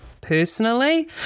Personally